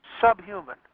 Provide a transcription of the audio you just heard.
subhuman